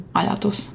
ajatus